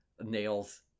nails